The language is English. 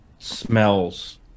Smells